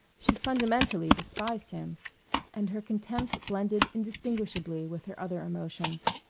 she fundamentally despised him and her contempt blended indistinguishably with her other emotions.